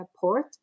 port